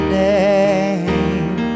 name